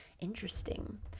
Interesting